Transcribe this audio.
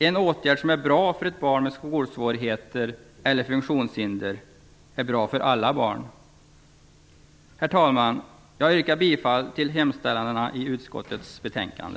En åtgärd som är bra för ett barn med skolsvårigheter eller funktionshinder är bra för alla barn. Herr talman! Jag yrkar bifall till hemställan i utskottets betänkande.